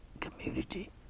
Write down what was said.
community